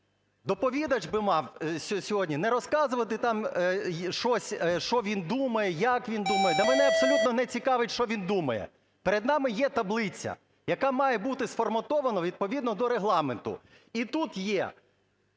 Доповідач би мав сьогодні не розказувати щось, що він думає, як він думає. Та мене абсолютно не цікавить, що він думає. Перед нами є таблиця, яка має бути сформатована відповідно до Регламенту. І тут є,